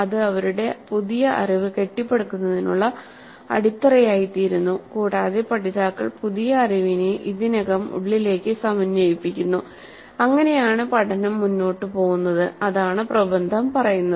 അത് അവരുടെ പുതിയ അറിവ് കെട്ടിപ്പടുക്കുന്നതിനുള്ള അടിത്തറയായിത്തീരുന്നു കൂടാതെ പഠിതാക്കൾ പുതിയ അറിവിനെ ഇതിനകം ഉള്ളതിലേക്ക് സമന്വയിപ്പിക്കുന്നു അങ്ങനെയാണ് പഠനം മുന്നോട്ട് പോകുന്നത് അതാണ് പ്രബന്ധം പറയുന്നത്